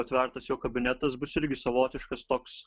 atvertas jo kabinetas bus irgi savotiškas toks